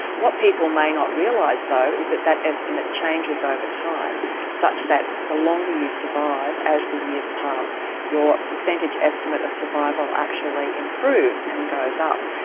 what people may not realise though is that that estimate changes over time such that the longer you survive as the years pass your percentage estimate of survival actually improves and goes up.